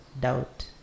doubt